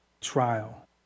trial